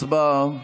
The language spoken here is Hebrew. הצבעה.